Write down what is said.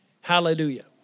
Hallelujah